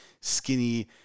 skinny